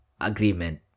agreement